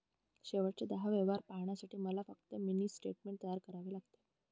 शेवटचे दहा व्यवहार पाहण्यासाठी मला फक्त मिनी स्टेटमेंट तयार करावे लागेल